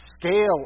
scale